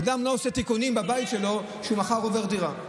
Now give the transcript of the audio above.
אדם לא עושה תיקונים בבית שלו כשמחר הוא עובר דירה.